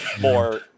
more